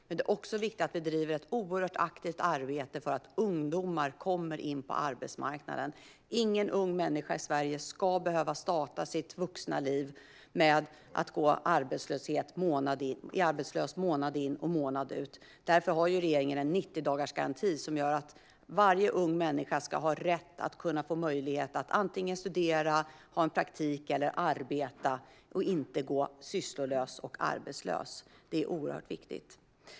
Men det är också viktigt att vi bedriver ett oerhört aktivt arbete för att ungdomar ska komma in på arbetsmarknaden. Ingen ung människa i Sverige ska behöva starta sitt vuxna liv med att gå arbetslös månad in och månad ut. Därför har regeringen en 90-dagarsgaranti som gör att varje ung människa ska ha rätt till en möjlighet att antingen studera, ha en praktikplats eller arbeta och inte gå sysslolös och arbetslös. Det är oerhört viktigt.